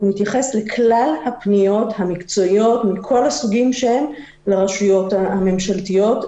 הוא מתייחס לכלל הפניות המקצועיות מכל הסוגים לרשויות הממשלתיות,